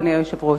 אדוני היושב-ראש.